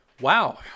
Wow